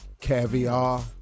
Caviar